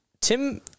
Tim